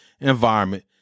environment